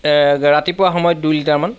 এই ৰাতিপুৱা সময়ত দুই লিটাৰমান